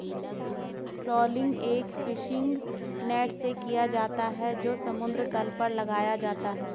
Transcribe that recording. trawling एक fishing net से किया जाता है जो समुद्र तल पर लगाया जाता है